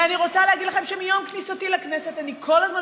ואני רוצה להגיד לכם שמיום כניסתי לכנסת אני כל הזמן